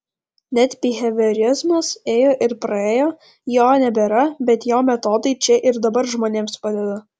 net biheviorizmas ėjo ir praėjo jo nebėra bet jo metodai čia ir dabar žmonėms padeda